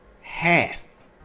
half